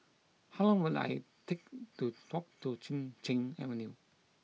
how long will it lie take to walk to Chin Cheng Avenue